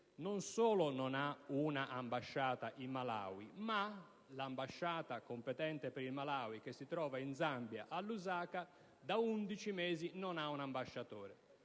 non solo non ha una ambasciata in Malawi, ma l'ambasciata competente per il Malawi, che si trova nello Zambia, a Lusaka, da 11 mesi non ha un ambasciatore.